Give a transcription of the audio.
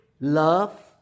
love